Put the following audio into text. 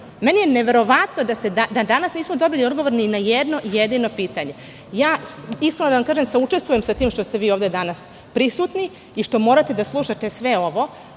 je neverovatno da nismo dobili odgovor ni na jedno jedini pitanje. Iskreno da vam kažem, saučestvujem se sa tim što ste vi ovde danas prisutni i što morate da slušate sve ovo,